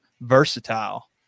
versatile